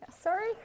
Sorry